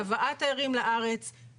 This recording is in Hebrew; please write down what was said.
בהבאת תיירים לארץ.